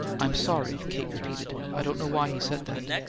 i'm sorry, kate repeated. i don't know why he said that.